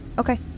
Okay